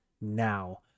now